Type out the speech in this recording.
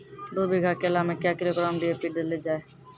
दू बीघा केला मैं क्या किलोग्राम डी.ए.पी देले जाय?